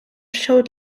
short